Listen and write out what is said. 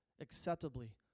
acceptably